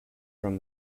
from